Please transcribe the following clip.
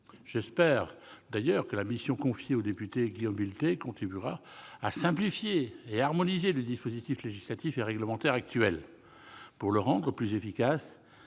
J'espère d'ailleurs que la mission confiée au député Guillaume Vuilletet contribuera à simplifier et à harmoniser le dispositif législatif et réglementaire actuel non seulement pour le rendre plus efficace